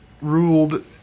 ruled